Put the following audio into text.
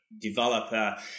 Developer